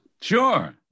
Sure